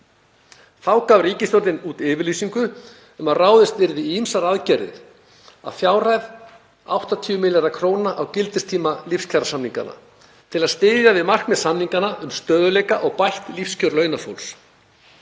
Þá gaf ríkisstjórnin út yfirlýsingu um að ráðist yrði í ýmsar aðgerðir að fjárhæð 80 milljarða kr. á gildistíma lífskjarasamninganna til að styðja við markmið samninganna um stöðugleika og bætt lífskjör launafólks.